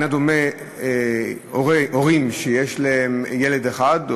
לא דומים הורים שיש להם ילד אחד,